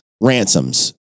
ransoms